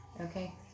Okay